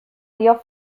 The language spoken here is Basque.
dio